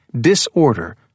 disorder